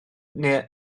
neu